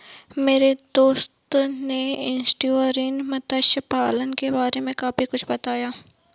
मेरे दोस्त ने एस्टुअरीन मत्स्य पालन के बारे में काफी कुछ बताया